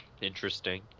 interesting